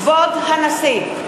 כבוד הנשיא!